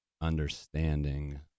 understanding